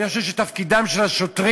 אני חושב שתפקידם של השוטרים,